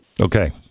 Okay